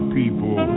people